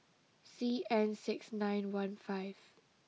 C N six nine one five